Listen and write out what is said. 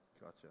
Gotcha